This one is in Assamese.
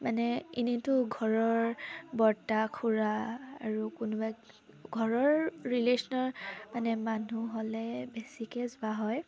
মানে এনেইতো ঘৰৰ বৰ্তা খুড়া আৰু কোনোবা ঘৰৰ ৰিলেশ্যনৰ মানে মানুহ হ'লে বেছিকৈ যোৱা হয়